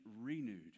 renewed